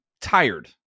tired